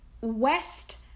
West